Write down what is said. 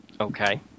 okay